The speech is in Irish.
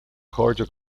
chairde